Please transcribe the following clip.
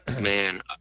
Man